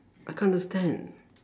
I can't understand